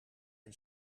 een